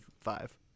five